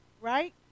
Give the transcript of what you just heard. Right